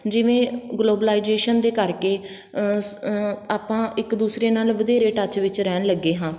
ਜਿਵੇਂ ਗਲੋਬਲਾਈਜੇਸ਼ਨ ਦੇ ਕਰਕੇ ਆਪਾਂ ਇੱਕ ਦੂਸਰੇ ਨਾਲ ਵਧੇਰੇ ਟੱਚ ਵਿੱਚ ਰਹਿਣ ਲੱਗੇ ਹਾਂ